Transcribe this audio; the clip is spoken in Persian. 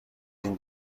این